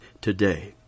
today